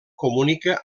comunica